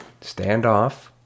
standoff